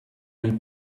nel